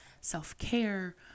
self-care